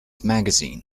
magazine